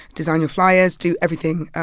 design your flyers do everything.